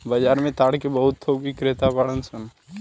बाजार में ताड़ के बहुत थोक बिक्रेता बाड़न सन